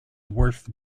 worth